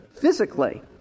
physically